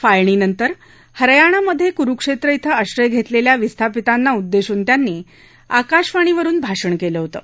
फाळणीनंतर हरयाणामधे कुरुक्षेत्र खे आश्रय घेतलेल्या विस्थापितांना उद्देशून त्यांनी आकाशवाणीवरुन भाषण केलं होतं